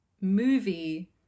movie